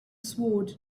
sword